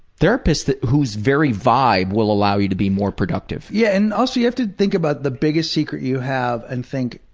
therapists whose very vibe will allow you to be more productive. yeah. and also you have to think about the biggest secret you have and think,